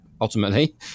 ultimately